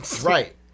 Right